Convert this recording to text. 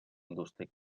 indústria